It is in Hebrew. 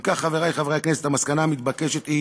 אם כך, חברי חברי הכנסת, המסקנה המתבקשת היא